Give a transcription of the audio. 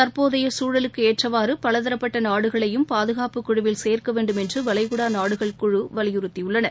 தற்போதைய சூழலுக்கேற்றவாறு பலதரப்பட்ட நாடுகளையும் பாதுகாப்பு குழுவில் சேர்க்க வேண்டும் என்று வளைகுடா நாடுகள் குழு வலியுறுத்தியுள்ளன